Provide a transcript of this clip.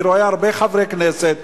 אני רואה הרבה חברי כנסת.